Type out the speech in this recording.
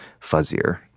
fuzzier